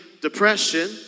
depression